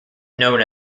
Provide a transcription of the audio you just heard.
known